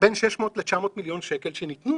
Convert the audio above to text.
בין 600 ל-900 מיליון שקל שניתנו